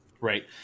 Right